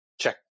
Check